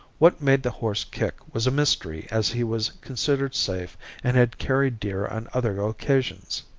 what made the horse kick was a mystery as he was considered safe and had carried deer on other occasions.